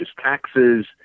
taxes